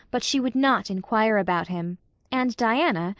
but she would not inquire about him and diana,